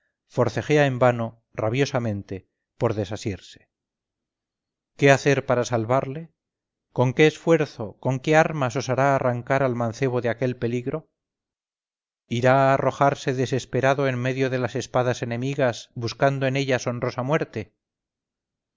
forcejea en vano rabiosamente por desasirse qué hacer para salvarle con qué esfuerzo con qué armas osará arrancar al mancebo de aquel peligro irá a arrojarse desesperado en medio de las espadas enemigas buscando en ellas honrosa muerte